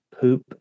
poop